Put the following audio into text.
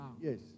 Yes